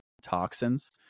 toxins